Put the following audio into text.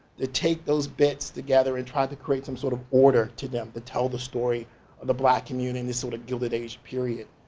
they take those bits together and try to create some sort of order to them to tell the story of the black community. this sort of gilded age period.